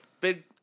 Big